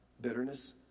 bitterness